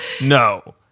no